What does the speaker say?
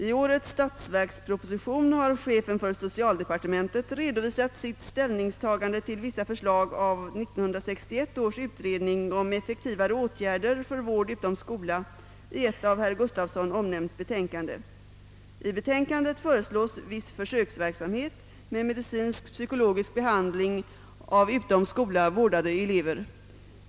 I årets statsverksproposition har chefen för socialdepartementet redovisat sitt ställningstagande till vissa förslag av 1961 års utredning om effektivare åtgärder för vård utom skola i ett av herr Gustavsson omnämnt betänkande. I betänkandet föreslås viss försöksverksamhet med medicinsk-psykologisk behandling av utom skola vårdade elever.